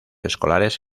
escolares